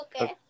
okay